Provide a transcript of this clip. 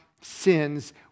sins